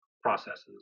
processes